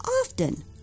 Often